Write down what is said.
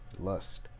lust